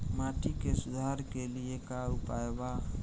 माटी के सुधार के लिए का उपाय बा?